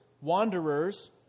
wanderers